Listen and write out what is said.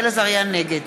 נגד